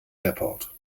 airport